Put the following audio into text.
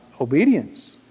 obedience